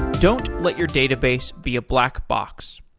don't let your database be a black box.